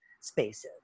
spaces